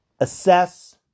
Assess